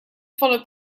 followed